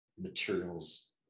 materials